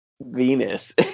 Venus